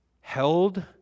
held